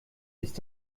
ist